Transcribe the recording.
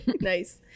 Nice